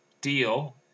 deal